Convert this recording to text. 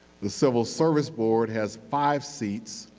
the civil service board has five seats,